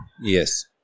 Yes